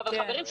אבל חברים,